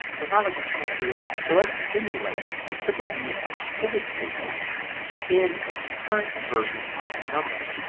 so it's not like you can't do it at all. so let's simulate a typical use of pivot tables in the current version of numbers.